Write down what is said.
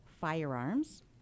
firearms